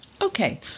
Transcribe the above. okay